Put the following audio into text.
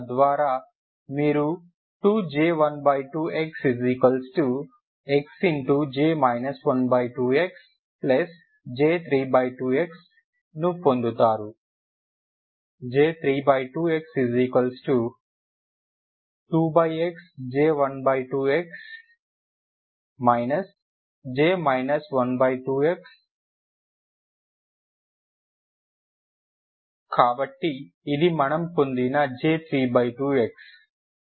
తద్వారా మీరు 2J12 xxJ 12xJ32xను పొందుతారు J32x2xJ12 x J 12x కాబట్టి ఇది మనం పొందిన J32x